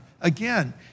again